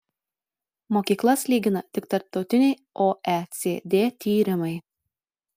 mokyklas lygina tik tarptautiniai oecd tyrimai